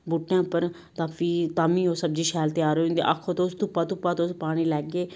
बूहटे उप्पर तां फ्ही ताम्मी ओह् सब्जी शैल त्यार होई जंदी आक्खो तुस धुप्पा धुप्पा तुस पानी लैगे